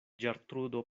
ĝertrudo